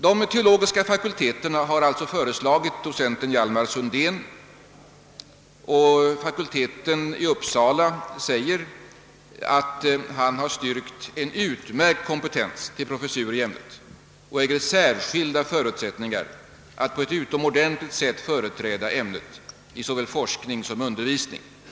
De teologiska fakulteterna har alltså föreslagit docent Hjalmar Sundén, och fakulteten i Uppsala säger att han »styrkt en utmärkt kompetens till professur i ämnet och äger särskilda förutsättningar att på ett utomordentligt sätt företräda ämnet i såväl forskning som undervisning».